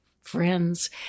friends